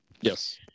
Yes